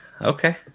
Okay